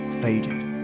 faded